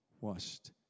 washed